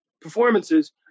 performances